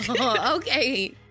okay